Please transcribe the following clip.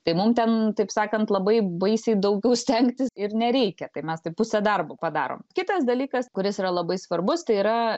tai mum ten taip sakant labai baisiai daugiau stengtis ir nereikia tai mes taip pusę darbo padarom kitas dalykas kuris yra labai svarbus tai yra